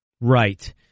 Right